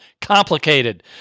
complicated